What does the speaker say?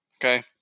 Okay